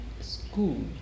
school